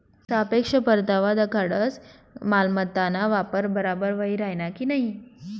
सापेक्ष परतावा दखाडस मालमत्ताना वापर बराबर व्हयी राहिना का नयी